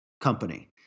company